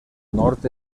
nord